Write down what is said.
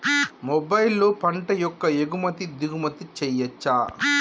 మొబైల్లో పంట యొక్క ఎగుమతి దిగుమతి చెయ్యచ్చా?